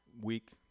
week